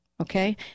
Okay